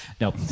No